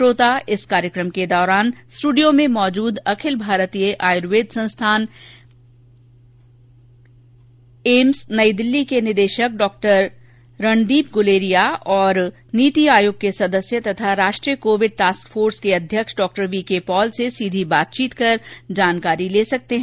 श्रोता इस कार्यक्रम के दौरान स्ट्रडियों में मौजूद अखिल भारतीय आयुर्विज्ञान संस्थान एम्स नई दिल्ली के निदेशक डॉ रणदीप गुलेरिया और नीति आयोग के सदस्य तथा राष्ट्रीय कोविड टास्क फोर्स के अध्यक्ष डॉ वीके पॉल से सीधी बातचीत कर जानकारी ले सकते है